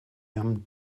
him